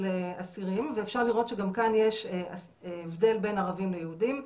אסירים ואפשר לראות שגם כאן יש הבדל בין ערבים ליהודים.